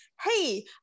hey